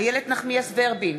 איילת נחמיאס ורבין,